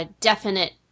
Definite